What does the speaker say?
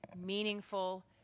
meaningful